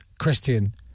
Christian